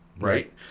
right